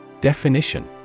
Definition